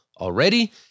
already